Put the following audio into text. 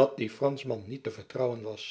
dat die franschman niet te vertrouwen was